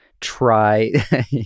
try